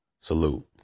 salute